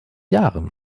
jahren